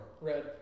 Red